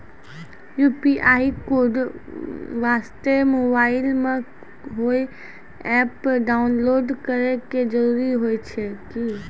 UPI code वास्ते mobile मे कोय एप्प डाउनलोड करे के जरूरी होय छै की?